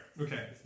Okay